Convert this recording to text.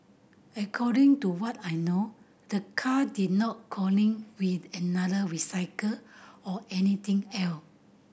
according to what I know the car did not with another recycle or anything else